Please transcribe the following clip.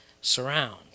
surround